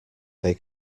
they